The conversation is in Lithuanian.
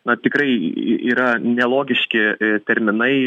na tikrai yra nelogiški terminai